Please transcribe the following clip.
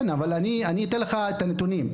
כן, אבל אני אתן לך את הנתונים.